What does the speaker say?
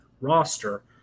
roster